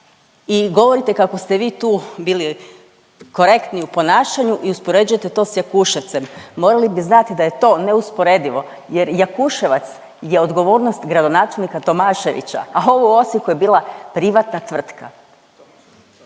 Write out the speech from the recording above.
i govorite kako ste vi tu bili korektni u ponašanju i uspoređujete to s Jakuševcem, morali bi znati da je to neusporedivo jer Jakuševac je odgovornost gradonačelnika Tomaševića, a ovo u Osijeku je bila privatna tvrtka.